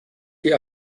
die